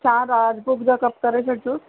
चारि राजभोग जा कप करे छॾिजो